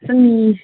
जोंनि